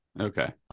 Okay